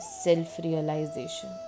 self-realization